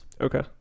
Okay